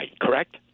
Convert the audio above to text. Correct